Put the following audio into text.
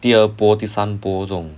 第二波第三波这种